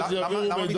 אוקיי, אז יעבירו מידע.